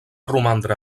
romandre